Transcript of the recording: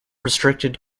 restricted